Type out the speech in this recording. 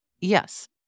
Yes